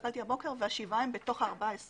הסתכלתי הבוקר והשבעה הם בתוך ה-14 ימים.